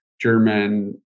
German